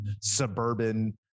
suburban